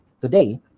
Today